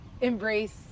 embrace